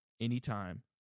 anytime